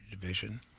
division